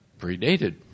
predated